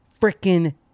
freaking